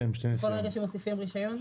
בכל רגע שמוסיפים רישיון?